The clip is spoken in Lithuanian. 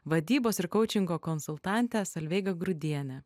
vadybos ir koučingo konsultantę solveigą grudienę